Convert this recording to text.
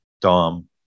Dom